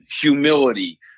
humility